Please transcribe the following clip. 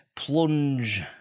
plunge